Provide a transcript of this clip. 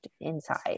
inside